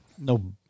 No